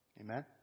Amen